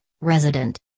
resident